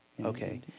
Okay